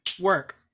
Work